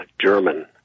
German